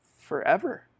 forever